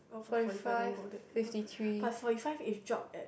!wah! but forty five don't go there bu~ but forty five is drop at